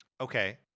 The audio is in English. Okay